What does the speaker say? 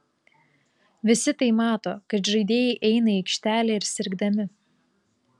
visi tai mato kad žaidėjai eina į aikštelę ir sirgdami